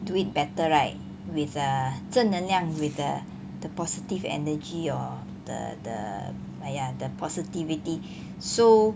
do it better right with err 正能量 with the the positive energy or the the ah ya the positivity so